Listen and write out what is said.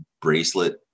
bracelet